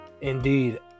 indeed